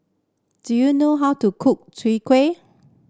do you know how to cook kuih